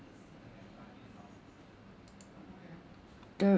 the